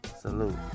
Salute